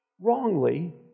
wrongly